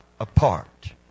apart